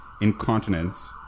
incontinence